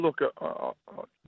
look